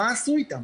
מה עשו איתם?